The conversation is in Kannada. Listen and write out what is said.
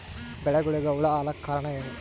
ಬೆಳಿಗೊಳಿಗ ಹುಳ ಆಲಕ್ಕ ಕಾರಣಯೇನು?